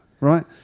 right